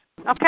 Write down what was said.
Okay